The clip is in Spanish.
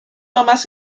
tomás